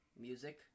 Music